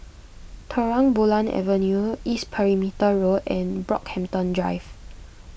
Terang Bulan Avenue East Perimeter Road and Brockhampton Drive